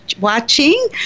watching